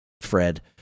fred